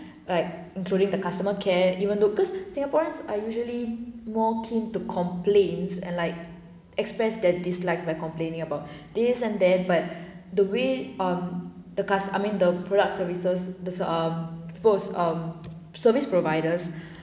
like including the customer care even though cause singaporeans are usually more keen to complains and like expressed their dislikes by complaining about this and that but the way um the cust~ I mean the products services the um um service providers